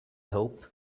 hope